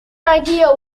idea